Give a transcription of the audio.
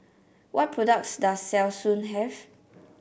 what products does Selsun have